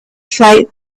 flight